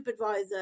tripadvisor